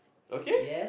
okay